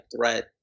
threat